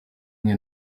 mwe